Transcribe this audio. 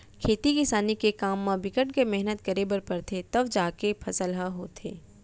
खेती किसानी के काम म बिकट के मेहनत करे बर परथे तव जाके फसल ह होथे